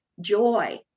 joy